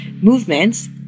movements